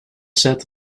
sept